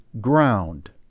ground